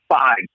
five